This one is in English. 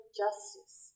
justice